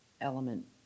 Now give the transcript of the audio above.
element